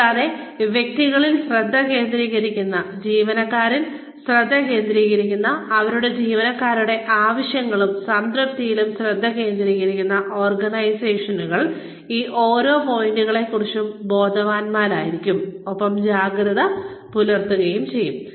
കൂടാതെ വ്യക്തികളിൽ ശ്രദ്ധ കേന്ദ്രീകരിക്കുന്ന ജീവനക്കാരിൽ ശ്രദ്ധ കേന്ദ്രീകരിക്കുന്ന അവരുടെ ജീവനക്കാരുടെ ആവശ്യങ്ങളിലും സംതൃപ്തിയിലും ശ്രദ്ധ കേന്ദ്രീകരിക്കുന്ന ഓർഗനൈസേഷനുകൾ ഈ ഓരോ പോയിന്റുകളെക്കുറിച്ചും ബോധവാന്മാരായിരിക്കും ഒപ്പം ജാഗ്രത പുലർത്തുകയും ചെയ്യും